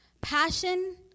Passion